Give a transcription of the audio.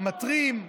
מתרים,